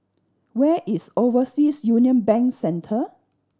where is Overseas Union Bank Centre